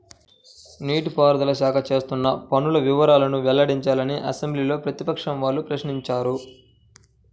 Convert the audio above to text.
నీటి పారుదల శాఖ చేస్తున్న పనుల వివరాలను వెల్లడించాలని అసెంబ్లీలో ప్రతిపక్షం వాళ్ళు ప్రశ్నించారు